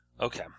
Okay